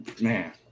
Man